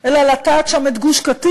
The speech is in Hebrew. אלא לטעת שם את גוש-קטיף.